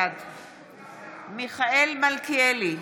בעד מיכאל מלכיאלי,